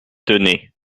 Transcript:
tenez